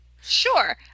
Sure